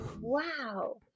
wow